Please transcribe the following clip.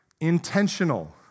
intentional